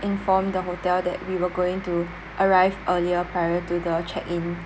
inform the hotel that we were going to arrive earlier prior to the check in